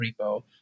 repo